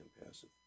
impassive